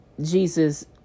jesus